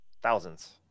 thousands